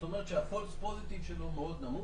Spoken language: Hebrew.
זאת אומרת ה-false positive שלו מאוד נמוך,